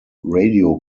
radio